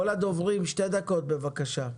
כל הדוברים שתי דקות בבקשה.